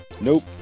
Nope